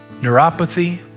neuropathy